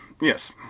Yes